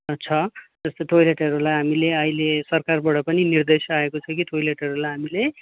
छ जस्तै टोइलेटहरूलाई हामीलाई अहिले सरकारबाट पनि निर्देश आएको छ जस्तो टोइलेटहरूलाई हामीले